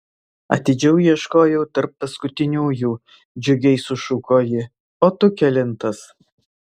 atidžiau ieškojau tarp paskutiniųjų džiugiai sušuko ji o tu kelintas